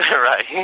Right